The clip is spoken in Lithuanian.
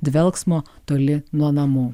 dvelksmo toli nuo namų